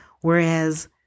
whereas